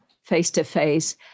face-to-face